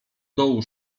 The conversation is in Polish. dołu